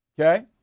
Okay